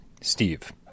Steve